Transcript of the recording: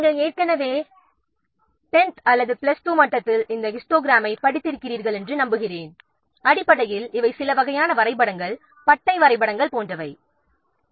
நாம் ஏற்கனவே டென்த் அல்லது பிளஸ் 2 மட்டத்தில் இந்த ஹிஸ்டோகிராமை படித்திருக்கிறோம் என்று நம்புகிறேன் அடிப்படையில் இவை சில வகையான கிராஃப்கள் அதாவது பார் கிராஃப்கள் போன்றவை ஆகும்